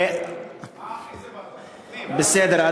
בסדר.